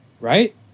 Right